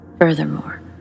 Furthermore